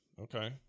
Okay